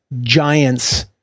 giants